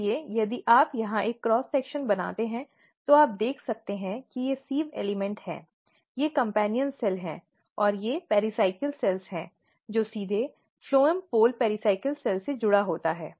इसलिए यदि आप यहां एक क्रॉस सेक्शन बनाते हैं तो आप देख सकते हैं कि ये सिव़ एलिमेंट हैं ये कम्पेन्यन कोशिका हैं और ये पेराइकल सेल हैं जो सीधे फ्लोएम पोल पेरीसाइकिल कोशिकाओं से जुड़ा होता है